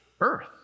earth